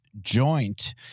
joint